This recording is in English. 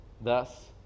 Thus